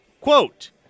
Quote